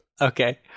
Okay